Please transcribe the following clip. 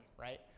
right